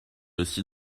aussi